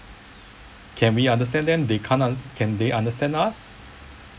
can we understand them they can't un~ can they understand us